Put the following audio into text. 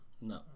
no